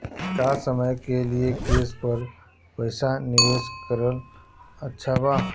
कम समय के लिए केस पर पईसा निवेश करल अच्छा बा?